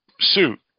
suit